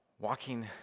Walking